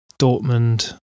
Dortmund